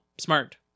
smart